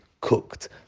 cooked